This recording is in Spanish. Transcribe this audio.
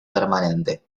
permanente